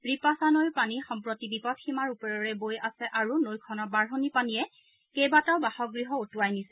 বিপাশা নৈৰ পানী সম্প্ৰতি বিপদসীমাৰ ওপৰেৰে বৈ আছে আৰু নৈখনৰ বাঢ়নি পানীয়ে কেইবাটাও বাসগৃহ উটুৱাই নিছে